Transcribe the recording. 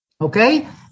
Okay